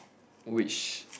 which